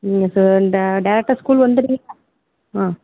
இல்லை சார் ட டேரக்ட்டாக ஸ்கூல் வந்துடறீங்களா ஆ